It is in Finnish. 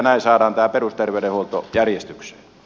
näin saadaan tämä perusterveydenhuolto järjestykseen